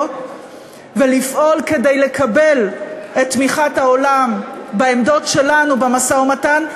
ולפעול כדי לקבל את תמיכת העולם בעמדות שלנו במשא-ומתן,